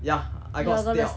ya I got stay out